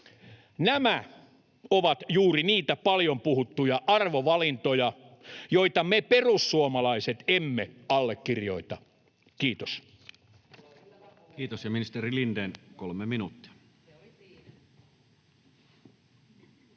Nämä ovat juuri niitä paljon puhuttuja arvovalintoja, joita me perussuomalaiset emme allekirjoita. — Kiitos.